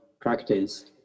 practice